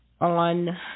on